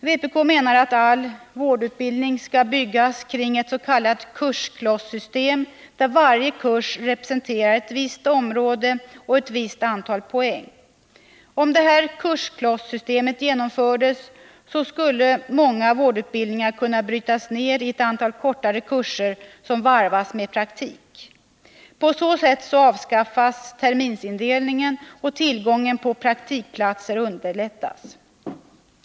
Vpk menar att all vårdutbildning skall byggas kring ett s.k. kursklossystem, där varje kurs representerar ett visst område och ett visst antal poäng. Om detta kursklossystem genomfördes, skulle många vårdutbildningar kunna brytas ner i ett antal kortare kurser som varvas med praktik. På så sätt avskaffas terminsindelningen och tillgången på praktikplatser förbättras.